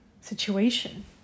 situation